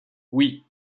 oui